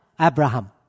Abraham